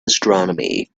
astronomy